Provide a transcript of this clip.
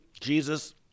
Jesus